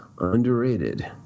underrated